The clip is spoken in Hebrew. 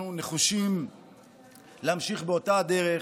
אנחנו נחושים להמשיך באותה הדרך